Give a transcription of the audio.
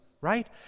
right